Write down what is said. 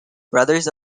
brothers